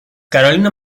carolina